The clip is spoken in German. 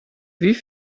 wie